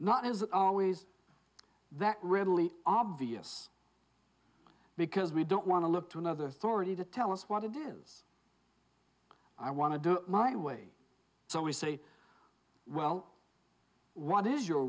not is always that readily obvious because we don't want to look to another story to tell us what it is i want to do it my way so we say well what is your